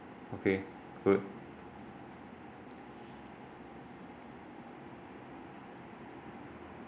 okay good